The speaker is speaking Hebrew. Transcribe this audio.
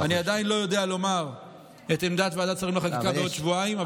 אני עדיין לא יודע לומר את עמדת ועדת השרים לחקיקה בעוד שבועיים,